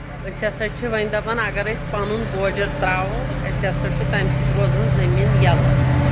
أسۍ ہسا چھِ وۄنۍ دَپان اگر أسۍ پَنُن بوجر ترٛاوو أسۍ ہسا چھُ تَمہِ سۭتۍ روزان زٔمیٖن یَلہٕ